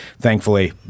thankfully